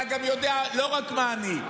אתה גם יודע לא רק מה אני,